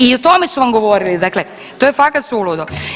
I o tome su vam govorili dakle to je fakat suludo.